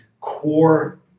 core